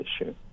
issue